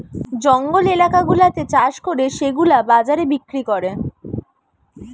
জঙ্গল এলাকা গুলাতে চাষ করে সেগুলা বাজারে বিক্রি করে